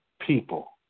people